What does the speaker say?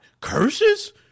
curses